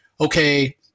okay